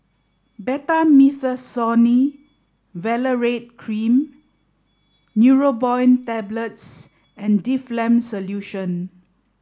Betamethasone Valerate Cream Neurobion Tablets and Difflam Solution